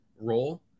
role